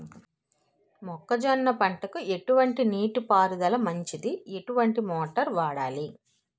మొక్కజొన్న పంటకు ఎటువంటి నీటి పారుదల మంచిది? ఎటువంటి మోటార్ వాడాలి?